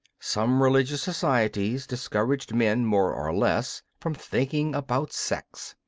some religious societies discouraged men more or less from thinking about sex.